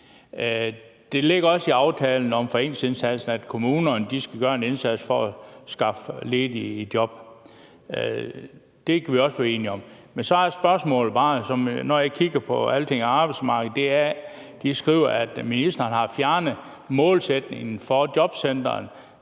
Det ligger også i aftalen om forenklingsindsatsen, at kommunerne skal gøre en indsats for at skaffe ledige i job – det kan vi også være enige om. Men så har jeg bare et spørgsmål, for når jeg kigger på, hvad de skriver på Altinget.dk om arbejdsmarkedet, ser jeg, at de skriver, at ministeren har fjernet målsætningen for jobcentrene